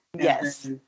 Yes